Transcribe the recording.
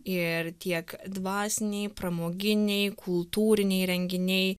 ir tiek dvasiniai pramoginiai kultūriniai renginiai